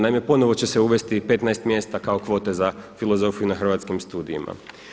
Naime, ponovno će se uvesti 15 mjesta kao kvote za filozofiju na Hrvatskim studijima.